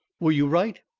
were you right?